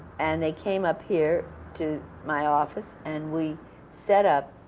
and they came up here to my office, and we set up